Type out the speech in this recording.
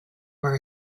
were